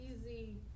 easy